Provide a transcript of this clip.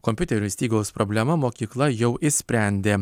kompiuterių stygiaus problema mokykla jau išsprendė